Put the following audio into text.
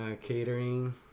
catering